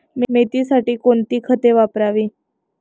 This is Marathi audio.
मेथीसाठी कोणती खते वापरावी?